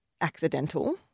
accidental